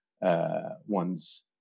one's